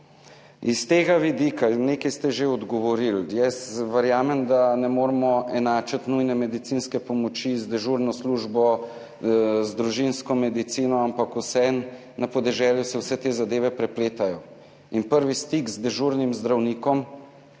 Iz tega vidika, nekaj ste že odgovorili, jaz verjamem, da ne moremo enačiti nujne medicinske pomoči z dežurno službo, z družinsko medicino, ampak vseeno, na podeželju se vse te zadeve prepletajo in prvi stik z dežurnim zdravnikom,